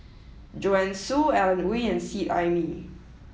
Joanne Soo Alan Oei and Seet Ai Mee